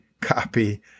copy